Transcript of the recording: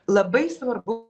labai svarbu